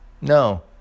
no